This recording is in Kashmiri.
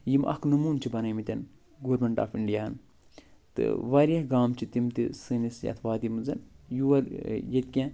یِم اَکھ نموٗنہٕ چھِ بنٲے مٕتۍ گورمنٛٹ آف اِنٛڈِیاہَن تہٕ واریاہ گام چھِ تِم تہِ سٲنِس یَتھ وادی منٛز یور ییٚتہِ کیٚنہہ